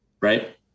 Right